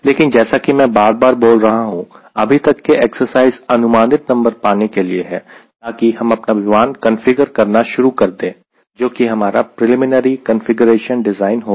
लेकिन जैसा कि मैं बार बार बोल रहा हूं अभी तक के एक्सरसाइज अनुमानित नंबर पाने के लिए है ताकि हम अपना विमान कंफीग्रर करना शुरू कर दें जो कि हमारा प्रिलिमनरी कंफीग्रेशन डिजाइन होगा